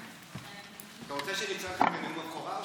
אתה רוצה שנצעק בנאום הבכורה?